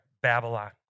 Babylon